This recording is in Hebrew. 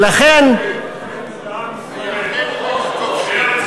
הירדנים היו כובשים.